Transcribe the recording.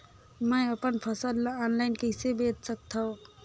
मैं अपन फसल ल ऑनलाइन कइसे बेच सकथव?